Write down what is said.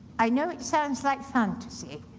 i know it sounds like fantasy,